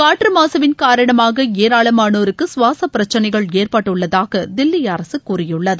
காற்று மாசுவின் காரணமாக ஏராளமனோருக்கு சுவாச பிரச்சினைகள் ஏற்பட்டுள்ளதாக தில்லி அரசு கூறியுள்ளது